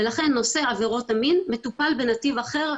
ולכן נושא עבירות המין מטופל בנתיב אחר,